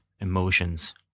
emotions